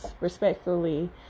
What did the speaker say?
respectfully